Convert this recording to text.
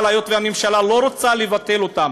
אבל היות שהממשלה לא רוצה לבטל אותן